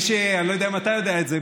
ואני לא יודע אם אתה יודע את זה,